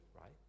right